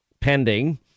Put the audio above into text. pending